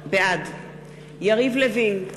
בעד יריב לוין,